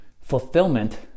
fulfillment